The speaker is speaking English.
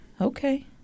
Okay